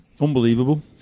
Unbelievable